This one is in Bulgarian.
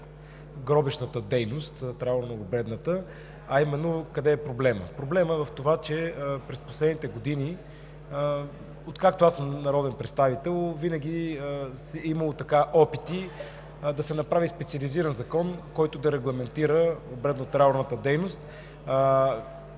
гробищната дейност, траурно-обредната, а именно къде е проблемът? Проблемът е в това, че през последните години – откакто аз съм народен представител, винаги е имало опити да се направи специализиран закон, който да регламентира обредно-траурната дейност,